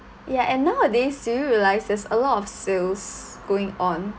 ya and nowadays do you realise there's a lot of sales going on